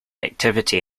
activity